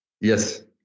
Yes